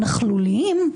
נכלוליים,